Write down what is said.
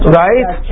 right